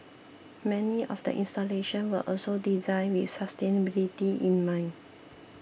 many of the installation were also designed with sustainability in mind